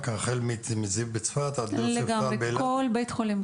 כל בית חולים,